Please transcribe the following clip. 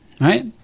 Right